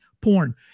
porn